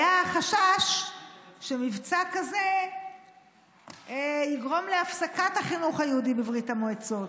היה חשש שמבצע כזה יגרום להפסקת החינוך היהודי בברית המועצות.